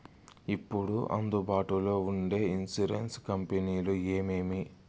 ఇప్పుడు అందుబాటులో ఉండే ఇన్సూరెన్సు కంపెనీలు ఏమేమి?